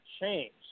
change